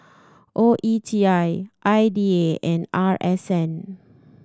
O E T I I D A and R S N